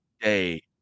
day